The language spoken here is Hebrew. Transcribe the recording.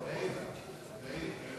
בית-ספר,